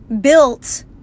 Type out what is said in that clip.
built